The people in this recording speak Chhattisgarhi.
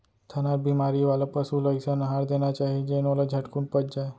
थनैल बेमारी वाला पसु ल अइसन अहार देना चाही जेन ओला झटकुन पच जाय